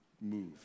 move